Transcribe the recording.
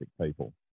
people